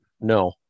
No